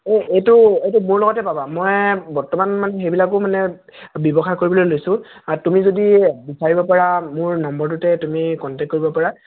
এই এইটো এইটো মোৰ লগতে পাবা মই বৰ্তমান মানে সেইবিলাকো মানে ব্যৱসায় কৰিবলৈ লৈছোঁ আৰু তুমি যদি বিচাৰিব পাৰা মোৰ নম্বৰটোতে তুমি কণ্টেক্ট কৰিব পাৰা